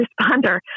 responder